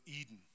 Eden